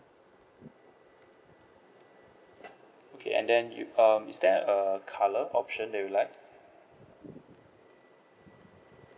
okay and then you um is there a colour option that you like